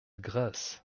grasse